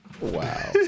Wow